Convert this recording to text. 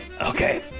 Okay